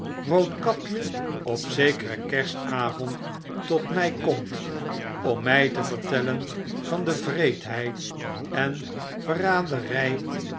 roodkapje op zekeren kerstavond tot mij komt om mij te vertellen van de wreedheid en verraderij